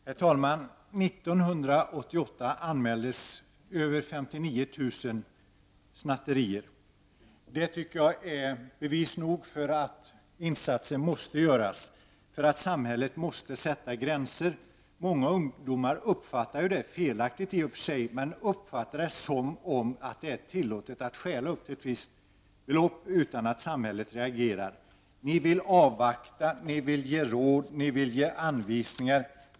Herr talman! År 1988 anmäldes mer än 59 000 snatteribrott. Detta är bevis nog för att insatser måste göras, för att samhället måste sätta gränser. Många ungdomar uppfattar — felaktigt i och för sig — att det är tillåtet att stjäla föremål upp till ett visst värde utan att samhället reagerar. Ni vill avvakta, ni vill ge råd, ni vill ge anvisningar!